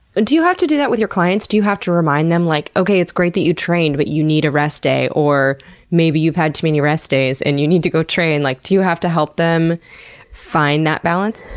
do you have to do that with your clients? do you have to remind them, like, okay, it's great that you trained, but you need a rest day, or maybe, you've had too many rest days and you need to go train? like do you have to help them find that balance?